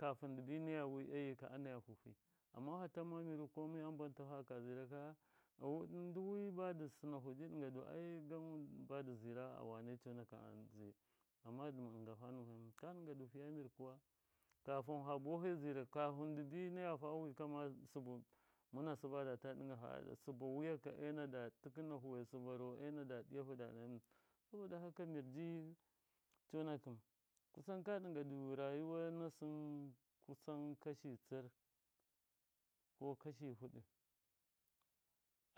Kafɨn dɨbi naya wi e yika anayafu fi amma fatan ma miru komai ambantahu faka ziraka ndɨ wi badɨ sɨnafu ji ɗɨnga du ai gan badɨ zira awane conakɨm a zir amma dɨma ɗɨnga fa ndu wihamu ka ɗɨnga du fiya mir kuwa kafɨn fa buwafe zirau kafɨn dɨbi naya fa wi kama sɨbɨ mɨna sɨba data wiyakɨ ena da tɨkɨnahu sɨba ro! Da ɗiyahu da ɗɨnga ndu, saboda haka mir ji conakɨn kusan ka ɗɨnga du rayuwa na sɨn kusan kasni tsir ko kashi fɨdɨ